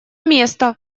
место